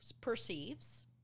perceives